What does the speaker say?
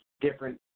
different